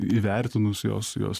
įvertinus jos jos